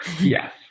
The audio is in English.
Yes